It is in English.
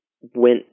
went